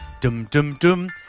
dum-dum-dum